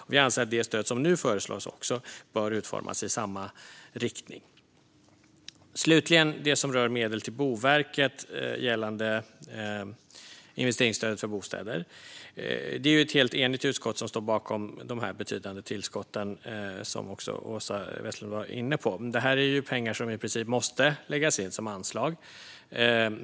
Vi anser att det stöd som nu föreslås bör utformas i samma riktning. Slutligen handlar det om medel till Boverket gällande investeringsstödet för bostäder. Det är ett helt enigt utskott som står bakom de betydande tillskotten, som också Åsa Westlund var inne på. Det här är pengar som i princip måste läggas in som anslag.